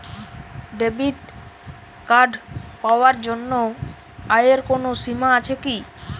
Debit card পাওয়ার জন্য আয়ের কোনো সীমা আছে কি?